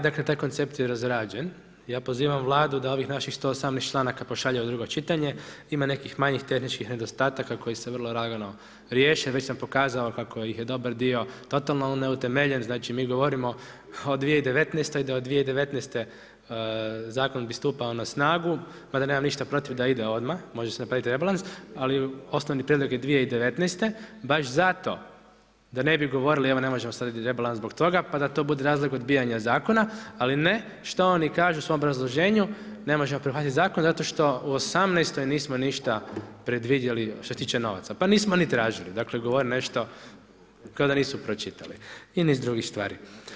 Dakle, taj koncept je razrađen, ja pozivam Vladu da ovih naših 118 članaka pošalje u drugo čitanje, ima nekih manjih tehničkih nedostataka koji se vrlo lagano riješe, već sam pokazao kako ih je dobar dio totalno neutemeljen, znači mi govorimo o 2019., da od 2019. zakon bi stupao na snagu mada nemam ništa protiv da ide odmah, može se napraviti rebalans ali osnovni prijedlog je 2019., baš zato da ne bi govorili evo ne možemo staviti rebalans zbog toga pa da to bude razlog odbijanja zakona ali ne, što oni kažu u svome obrazloženju, ne možemo prihvatiti zakon zato što u 2018. nismo ništa predvidjeli što se tiče novaca, pa nismo ni tražili, dakle govore nešto kao da nisu pročitali i niz drugih stvari.